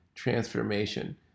transformation